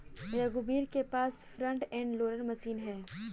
रघुवीर के पास फ्रंट एंड लोडर मशीन है